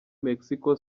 mexico